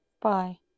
Bye